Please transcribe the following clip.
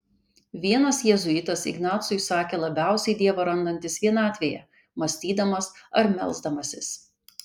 vienas jėzuitas ignacui sakė labiausiai dievą randantis vienatvėje mąstydamas ar melsdamasis